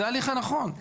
זה ההליך הנכון.